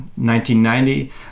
1990